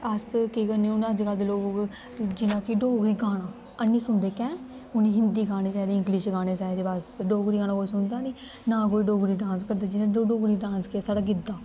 अस केह् करने होन्ने अजकल्ल दे लोग उ'ऐ जियां कि डोगरी गाना हैन्नी सुनदे कैं उ'नें हिन्दी गाने चाहिदे इंग्लिश गाने चाहिदे बस डोगरी गाना कोई सुनदा निं ना कोई डोगरी डांस करदा जियां डोगरी डां डांस केह् ऐ गिद्दा